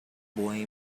boy